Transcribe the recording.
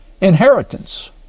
inheritance